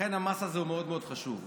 לכן המס הזה מאוד מאוד חשוב.